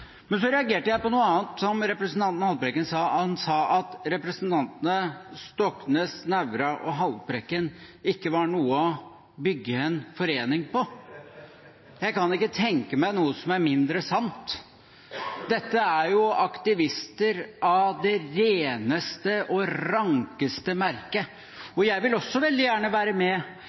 Men jeg reagerte på noe annet som representanten Haltbrekken sa. Han sa at representantene Stoknes, Nævra og Haltbrekken ikke var noe å bygge en forening på. Jeg kan ikke tenke meg noe som er mindre sant. Dette er jo aktivister av det reneste og rankeste merke, og jeg vil også veldig gjerne være med